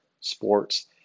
sports